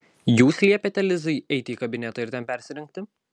jūs liepėte lizai eiti į kabinetą ir ten persirengti